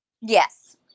Yes